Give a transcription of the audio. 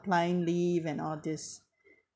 applying leave and all this